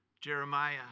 Jeremiah